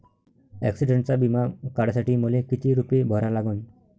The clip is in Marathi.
ॲक्सिडंटचा बिमा काढा साठी मले किती रूपे भरा लागन?